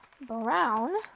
brown